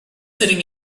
sitting